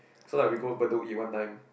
so like we go Bedok eat one time